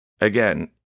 Again